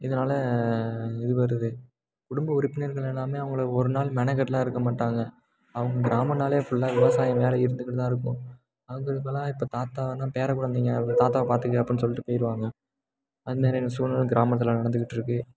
இதனால் இது வருது குடும்ப உறுப்பினர்கள் எல்லாமே அவங்கள ஒரு நாள் மெனக்கட்லாம் இருக்கற மாட்டாங்க அவங்க கிராமம்னாலே ஃபுல்லாக விவசாயம் வேலை இருந்துக்கிட்டு தான் இருக்கும் அவங்களுக்கெல்லாம் இப்போ தாத்தாவை தான் பேரக் குழந்தைங்க உங்கள் தாத்தாவை பார்த்துக்க அப்புடினு சொல்லிட்டு போயிருவாங்க அதுமாரியான சூழ்நில கிராமத்தில் நடந்துக்கிட்ருக்கு